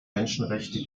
menschenrechte